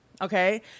Okay